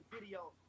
video